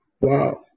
wow